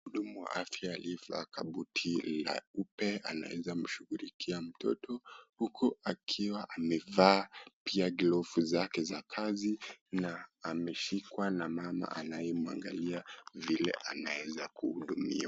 Mhudumu wa afya aliyevaa kabuti leupe anaeza mshugulikia mtoto huku akiwa amevaa pia glavu zake za kazi na ameshikwa na mama anaye mwangalia vile anaeza kuhudumiwa .